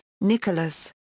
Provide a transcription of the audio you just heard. Nicholas